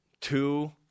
two